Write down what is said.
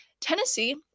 Tennessee